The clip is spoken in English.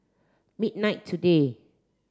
midnight today